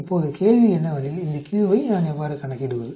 இப்போது கேள்வி என்னவெனில் இந்த q ஐ நான் எவ்வாறு கணக்கிடுவது